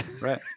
right